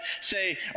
say